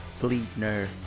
fleetner